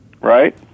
right